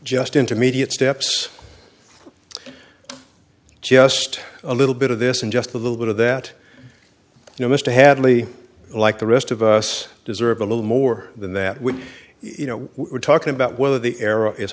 just intermediate steps just a little bit of this and just a little bit of that you know mr hadley like the rest of us deserve a little more than that you know we're talking about whether the error is